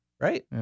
Right